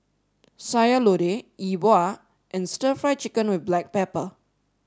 Sayur Lodeh E Bua and Stir Fry Chicken with Black Pepper